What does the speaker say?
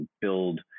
build